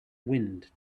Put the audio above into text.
wind